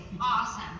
awesome